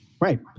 Right